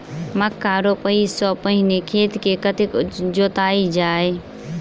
मक्का रोपाइ सँ पहिने खेत केँ कतेक जोतल जाए?